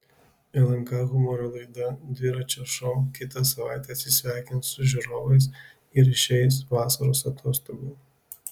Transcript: lnk humoro laida dviračio šou kitą savaitę atsisveikins su žiūrovais ir išeis vasaros atostogų